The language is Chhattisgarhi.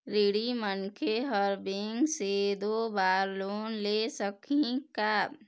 ऋणी मनखे हर बैंक से दो बार लोन ले सकही का?